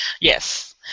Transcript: yes